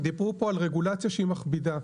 דיברו כאן על רגולציה שהיא מכבידה.